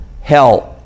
hell